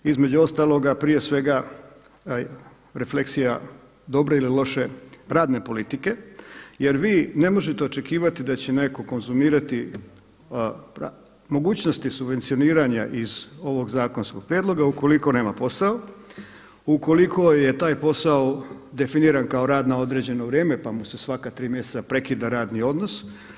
Između ostaloga prije svega refleksija dobre ili loše radne politike, jer vi ne možete očekivati da će netko konzumirati mogućnosti subvencioniranja iz ovog zakonskog prijedloga ukoliko nema posao, ukoliko je taj posao definiran kao rad na određeno vrijeme, pa mu se svaka tri mjeseca prekida radni odnos.